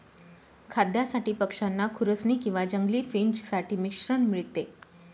खाद्यासाठी पक्षांना खुरसनी किंवा जंगली फिंच साठी मिश्रण मिळते